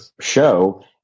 show